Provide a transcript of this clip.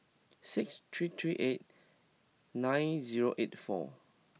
six three three eight nine zero eight four